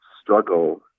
struggle